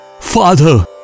Father